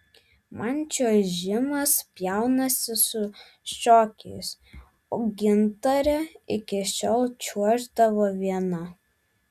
man čiuožimas pjaunasi su šokiais o gintarė iki šiol čiuoždavo viena